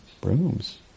Brooms